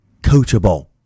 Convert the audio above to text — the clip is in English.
coachable